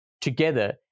together